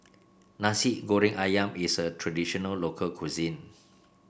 Nasi Goreng ayam is a traditional local cuisine